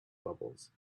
bubbles